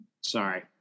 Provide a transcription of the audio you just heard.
Sorry